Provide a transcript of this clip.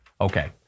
Okay